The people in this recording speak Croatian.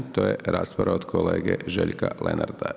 To je rasprava od kolege Željka Lenarta.